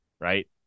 right